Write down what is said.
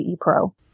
pro